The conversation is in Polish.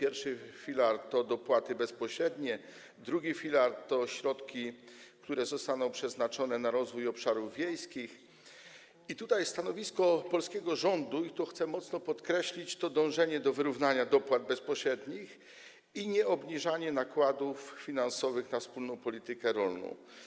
I filar to dopłaty bezpośrednie, II filar to środki, które zostaną przeznaczone na rozwój obszarów wiejskich, i tutaj stanowisko polskiego rządu, co chcę mocno podkreślić, wiąże się z dążeniem do wyrównania dopłat bezpośrednich i nieobniżania nakładów finansowych na wspólną politykę rolną.